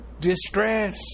Distress